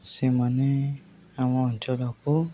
ସେମାନେ ଆମ ଅଞ୍ଚଳକୁ